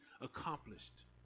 accomplished